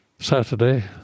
Saturday